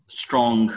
strong